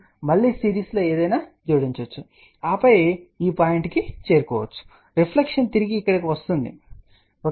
మీరు మళ్ళీ సిరీస్లో ఏదో జోడించవచ్చు ఆపై ఈ పాయింట్ కు చేరుకోవచ్చు రిఫ్లెక్షన్ తిరిగి ఇక్కడకు వస్తుంది జాగ్రత్తగా చూడండి